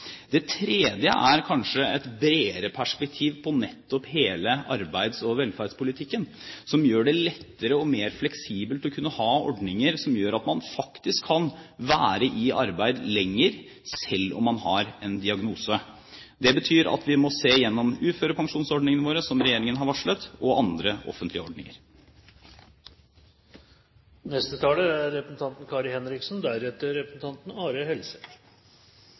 Det tredje er kanskje et bredere perspektiv på nettopp hele arbeids- og velferdspolitikken, som gjør det lettere og mer fleksibelt å kunne ha ordninger som gjør at man faktisk kan være i arbeid lenger, selv om man har en diagnose. Det betyr at vi må se igjennom uførepensjonsordningene våre, som regjeringen har varslet, og andre offentlige ordninger. Takk til representanten